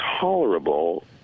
tolerable